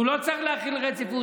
שהוא לא צריך להחיל רציפות,